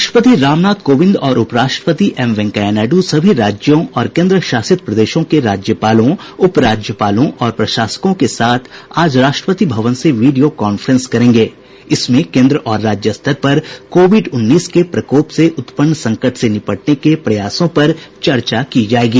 राष्ट्रपति राम नाथ कोविंद और उप राष्ट्रपति एम वेंकैया नायडू सभी राज्यों और केन्द्र शासित प्रदेशों के राज्यपालों उपराज्यपालों और प्रशासकों के साथ आज राष्ट्रपति भवन से वीडियो कांफ्रेंस करेंगे इसमें केन्द्र और राज्य स्तर पर कोविड उन्नीस के प्रकोप से उत्पन्न संकट से निपटने के प्रयासों पर चर्चा की जायेगी